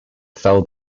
fell